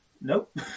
Nope